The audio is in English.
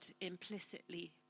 implicitly